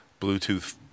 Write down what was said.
Bluetooth